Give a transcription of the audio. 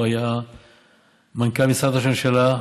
הוא היה מנכ"ל משרד ראש הממשלה,